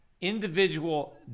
individual